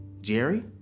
Jerry